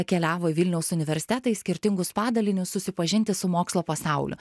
keliavo į vilniaus universitetą į skirtingus padalinius susipažinti su mokslo pasauliu